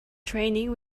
training